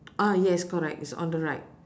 ah yes correct it's on the right